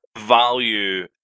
value